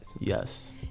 Yes